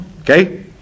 Okay